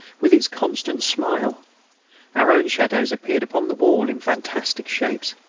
with its constant smile our own shadows appeared upon the wall in fantastic shapes.